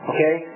Okay